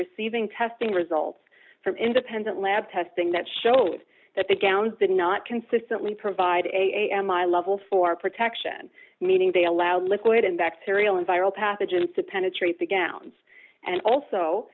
receiving testing results from independent lab testing that showed that the downs did not consistently provide a m i level for protection meaning they allowed liquid and bacterial and viral pathogens to penetrate the gallons and also